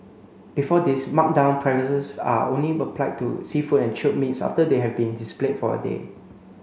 before this marked down prices are only applied to seafood and chilled meats after they have been displayed for a day